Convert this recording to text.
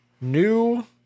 new